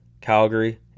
Calgary